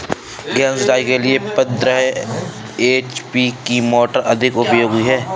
गेहूँ सिंचाई के लिए पंद्रह एच.पी की मोटर अधिक उपयोगी है?